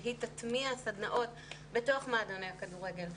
שהיא תטמיע סדנאות בתוך מועדוני הכדורגל.